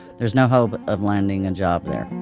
there's no hope of landing a job there.